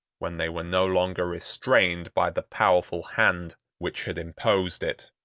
when they were no longer restrained by the powerful hand which had imposed it.